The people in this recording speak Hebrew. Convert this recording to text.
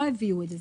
לא הביאו את זה.